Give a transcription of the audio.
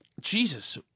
Jesus